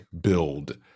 build